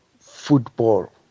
football